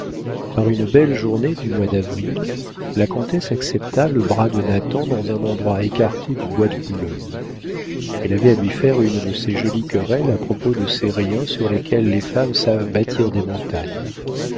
par une belle journée du mois d'avril la comtesse accepta le bras de nathan dans un endroit écarté du bois de boulogne elle avait à lui faire une de ces jolies querelles à propos de ces riens sur lesquels les femmes savent bâtir des montagnes